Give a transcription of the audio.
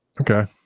Okay